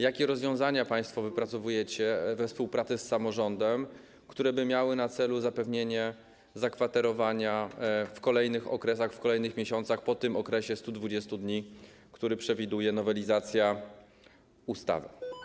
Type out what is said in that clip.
Jakie rozwiązania wypracowujecie państwo we współpracy z samorządem, które by miały na celu zapewnienie zakwaterowania w kolejnych okresach, w kolejnych miesiącach po tym okresie 120 dni, który przewiduje nowelizacja ustawy?